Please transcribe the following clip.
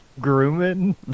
grooming